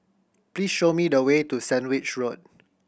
please show me the way to Sandwich Road